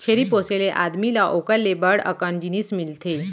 छेरी पोसे ले आदमी ल ओकर ले बड़ कन जिनिस मिलथे